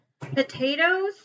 potatoes